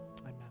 Amen